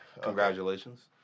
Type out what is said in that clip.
Congratulations